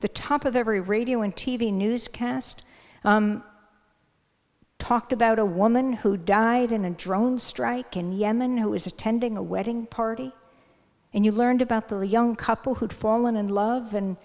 the top of every radio and t v news cast talked about a woman who died in a drone strike in yemen who was attending a wedding party and you learned about the young couple who've fallen in love and